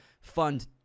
fund